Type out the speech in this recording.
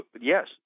Yes